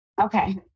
Okay